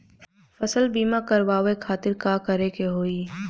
फसल बीमा करवाए खातिर का करे के होई?